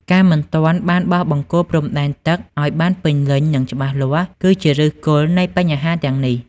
ការមិនទាន់បានបោះបង្គោលព្រំដែនទឹកឱ្យបានពេញលេញ និងច្បាស់លាស់ គឺជាឫសគល់នៃបញ្ហាទាំងនេះ។